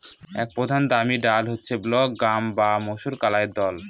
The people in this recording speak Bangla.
এক প্রধান দামি ডাল হচ্ছে ব্ল্যাক গ্রাম বা মাষকলাইর দল